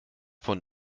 von